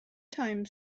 time